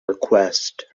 request